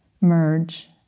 merge